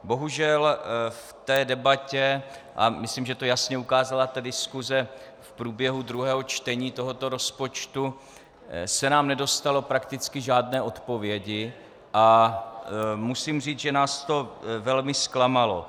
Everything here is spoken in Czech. Bohužel v té debatě a myslím, že to jasně ukázala diskuse v průběhu druhého čtení tohoto rozpočtu se nám nedostalo prakticky žádné odpovědi a musím říct, že nás to velmi zklamalo.